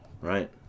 Right